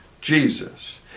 Jesus